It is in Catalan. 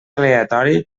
aleatori